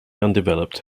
undeveloped